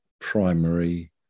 primary